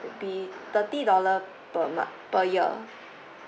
it will be thirty dollar per month per year